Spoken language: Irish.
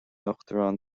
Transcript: uachtaráin